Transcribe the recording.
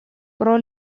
pro